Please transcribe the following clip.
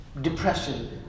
depression